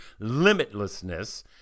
Limitlessness